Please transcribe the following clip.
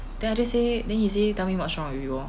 then I'll just say then he say tell me what's wrong with you lor